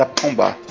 ah combo